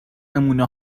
نمونه